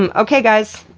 um okay guys.